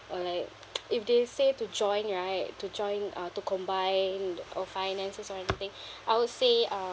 or like if they say to join right to join uh to combine or finances or anything I will say uh